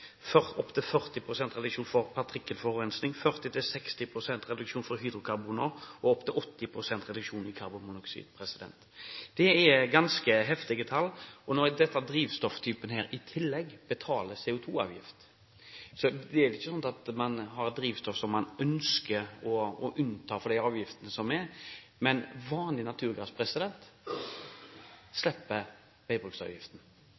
NOx, opptil 40 pst. reduksjon på partikkelforurensning, 40–60 pst. reduksjon på hydrokarboner og 80 pst. reduksjon på karbonmonoksid. Det er ganske heftige tall, og denne drivstofftypen betaler man i tillegg CO2 -avgift på. Så det er jo ikke sånn at man har drivstoff som man ønsker å unnta for de avgiftene som er, men vanlig naturgass slipper veibruksavgiften.